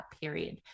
period